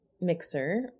mixer